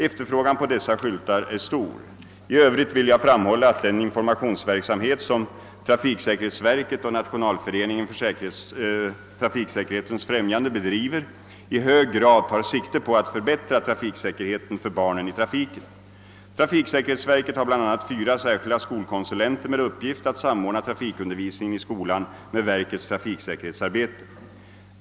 Efterfrågan på dessa skyltar är stor. I övrigt vill jag framhålla, att den informationsverksamhet som trafiksäkerhetsverket och Nationalföreningen för trafiksäkerhetens främjande bedriver i hög grad tar sikte på att förbättra trafiksäkerheten för barnen i trafiken. Trafiksäkerhetsverket har bl.a. fyra särskilda skolkonsulenter med uppgift att samordna trafikundervisningen i skolan med verkets trafiksäkerhetsarbete.